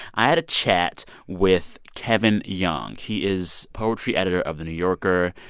i had a chat with kevin young. he is poetry editor of the new yorker,